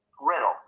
Riddle